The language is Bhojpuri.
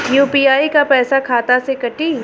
यू.पी.आई क पैसा खाता से कटी?